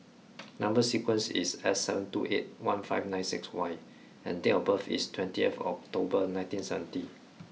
number sequence is S seven two eight one five six Y and date of birth is twentieth October nineteen seventy